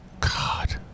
God